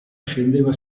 scendeva